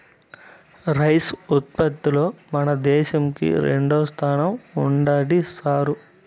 rice ఉత్పత్తిలో మన దేశంకి రెండోస్థానం ఉండాది సారూ